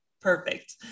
Perfect